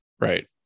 right